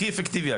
הכי אפקטיבי,